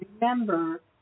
Remember